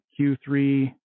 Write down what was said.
Q3